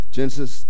Genesis